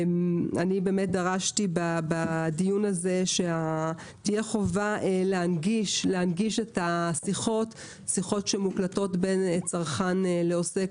דרשתי בדיון הזה שתהיה חובה להנגיש שיחות שמוקלטות בין צרכן לעוסק.